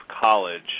college